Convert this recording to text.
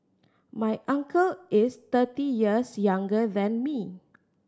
my uncle is thirty years younger than me